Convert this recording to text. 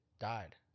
Died